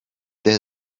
there